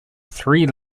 three